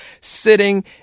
sitting